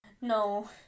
No